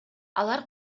алар